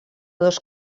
dos